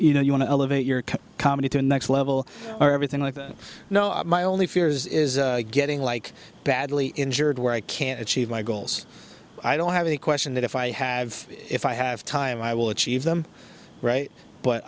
you know you want to elevate your comedy to next level or everything like that my only fear is is getting like badly injured where i can't achieve my goals i don't have a question that if i have if i have time i will achieve them right but